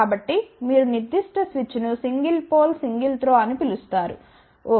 కాబట్టి మీరు నిర్దిష్ట స్విచ్ను సింగిల్ పోల్ సింగిల్ త్రో అని పిలుస్తారు ఓకే